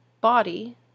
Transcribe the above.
body